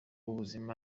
ubuzima